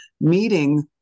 meeting